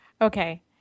Okay